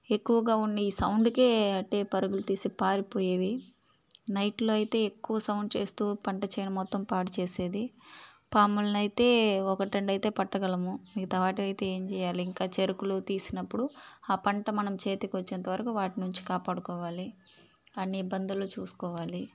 ఎక్కువగా ఉన్నాయి ఈ సౌండుకే అటే పరుగులు తీసి పారిపోయేవి నైట్లో అయితే ఎక్కువ సౌండ్ చేస్తూ పంట చేను మొత్తం పాడు చేసేది పాములనైతే ఒకటి రెండు అయితే పట్టగలము మిగతా వాటివైతే ఏం చేయాలి ఇంకా చెరుకులు తీసినప్పుడు ఆ పంట మనం చేతికి వచ్చేంత వరకు వాటి నుంచి కాపాడుకోవాలి అన్ని ఇబ్బందులు చూసుకోవాలి